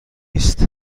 است